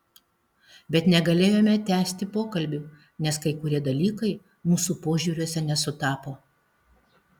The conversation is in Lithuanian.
bet negalėjome tęsti pokalbių nes kai kurie dalykai mūsų požiūriuose nesutapo